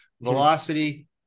velocity